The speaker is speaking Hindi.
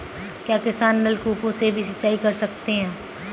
क्या किसान नल कूपों से भी सिंचाई कर सकते हैं?